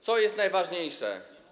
Co jest najważniejsze?